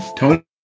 Tony